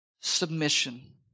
Submission